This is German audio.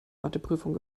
matheprüfung